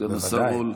סגן השר רול,